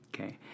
okay